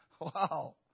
Wow